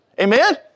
Amen